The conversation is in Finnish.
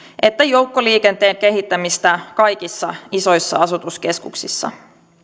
että joukkoliikenteen kehittämistä kaikissa isoissa asutuskeskuksissa